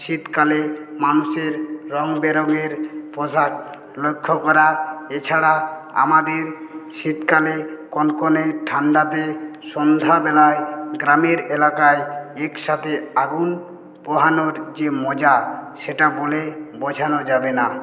শীতকালে মানুষের রঙ বেরঙের পোশাক লক্ষ্য করা এছাড়া আমাদের শীতকালে কনকনে ঠান্ডাতে সন্ধ্যাবেলায় গ্রামের এলাকায় একসাথে আগুন পোহানোর যে মজা সেটা বলে বোঝানো যাবে না